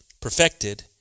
perfected